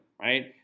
right